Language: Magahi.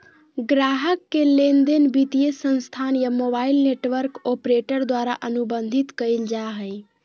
ग्राहक के लेनदेन वित्तीय संस्थान या मोबाइल नेटवर्क ऑपरेटर द्वारा अनुबंधित कइल जा हइ